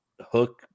hook